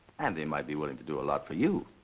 and they might be willing to do a lot for you.